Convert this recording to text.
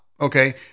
Okay